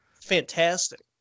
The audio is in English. fantastic